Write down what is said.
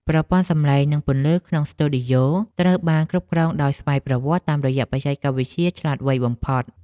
ប្រព័ន្ធសំឡេងនិងពន្លឺក្នុងស្ទូឌីយោត្រូវបានគ្រប់គ្រងដោយស្វ័យប្រវត្តិតាមរយៈបច្ចេកវិទ្យាឆ្លាតវៃបំផុត។